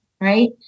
right